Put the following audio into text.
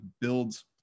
builds